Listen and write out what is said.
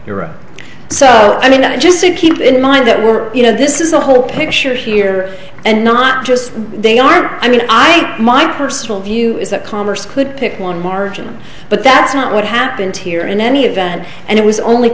euro so i mean that just to keep in mind that we're you know this is the whole picture here and not just they are i mean i think my personal view is that commerce could pick one margin but that's not what happened here in any event and it was only